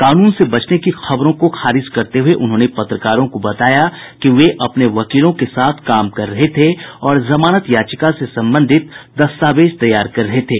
कानून से बचने की खबरों को खारिज करते हुए उन्होंने पत्रकारों को बताया कि वे अपने वकीलों के साथ काम कर रहे थे और जमानत याचिका से संबंधित दस्तावेज तैयार कर रहे थे